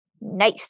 Nice